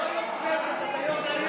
מיקי, אתה לא יכול להיות נחרץ.